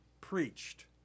preached